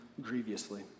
grievously